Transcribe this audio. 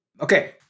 Okay